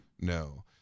no